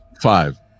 Five